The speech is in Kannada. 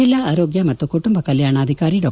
ಜಿಲ್ಲಾ ಆರೋಗ್ಟ ಮತ್ತು ಕುಟುಂಬ ಕಲ್ಪಾಣಾಧಿಕಾರಿ ಡಾ